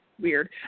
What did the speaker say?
weird